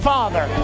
Father